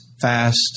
fast